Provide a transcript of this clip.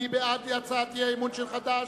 מי בעד הצעת אי-האמון של חד"ש,